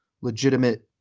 legitimate –